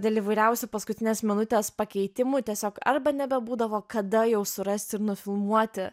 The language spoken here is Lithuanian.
dėl įvairiausių paskutinės minutės pakeitimų tiesiog arba nebebūdavo kada jau surasti ir nufilmuoti